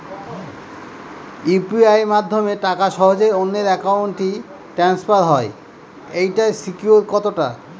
UPI মাধ্যমে টাকা সহজেই অন্যের অ্যাকাউন্ট ই ট্রান্সফার হয় এইটার সিকিউর কত টা?